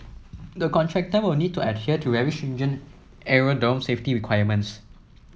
the contractor will need to adhere to very stringent aerodrome safety requirements